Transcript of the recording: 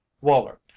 waller